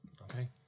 Okay